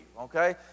okay